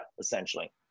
essentially